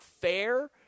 fair